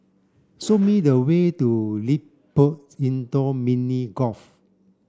show me the way to LilliPutt Indoor Mini Golf